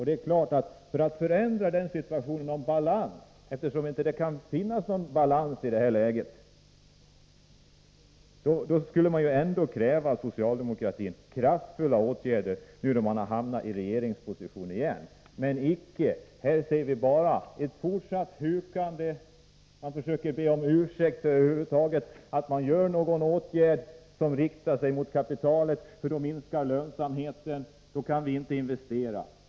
Det kan inte finnas någon balans i det här läget, men för att förändra situationen borde socialdemokratin ändå kräva kraftfulla åtgärder, nu när man har hamnat i regeringsposition igen. Men icke! Här ser man bara ett fortsatt hukande. Socialdemokraterna försöker be om ursäkt för att man över huvud taget vidtar någon åtgärd som riktar sig mot kapitalet, för då minskar lönsamheten och då kan man inte investera.